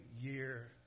year